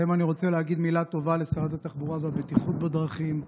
היום אני רוצה להגיד מילה טובה לשרת התחבורה והבטיחות בדרכים.